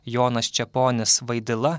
jonas čeponis vaidila